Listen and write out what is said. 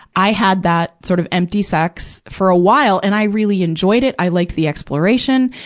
i had that, sort of empty sex for a while, and i really enjoyed it. i liked the exploration.